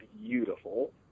beautiful